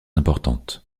importante